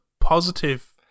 positive